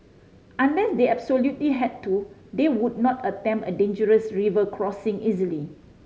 unless they absolutely had to they would not attempt a dangerous river crossing easily